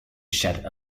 shed